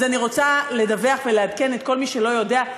אז אני רוצה לדווח ולעדכן את כל מי שלא יודע,